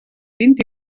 vint